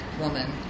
woman